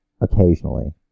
Occasionally